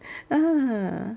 ah